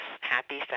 happy